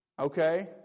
Okay